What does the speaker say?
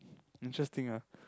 interesting lah